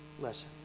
lesson